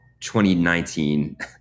2019